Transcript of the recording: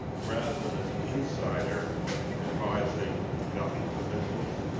rather than as an insider advising government officials.